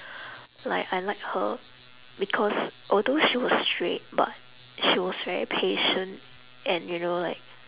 like I like her because although she was strict but she was very patient and you know like